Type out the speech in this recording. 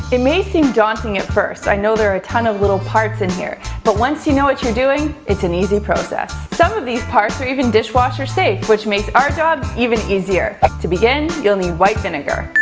it may seem daunting at first. i know there are a ton of little parts in here. but once you know what you're doing, it's an easy process. some of these parts are even dishwasher safe, which makes our job even easier. to begin you'll need white vinegar,